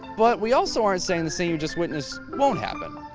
but we also aren't saying the scene you just witnessed won't happen.